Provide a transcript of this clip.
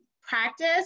practice